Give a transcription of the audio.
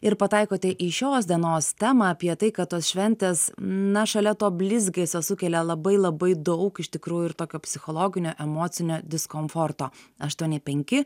ir pataikote į šios dienos temą apie tai kad tos šventės na šalia to blizgesio sukelia labai labai daug iš tikrųjų ir tokio psichologinio emocinio diskomforto aštuoni penki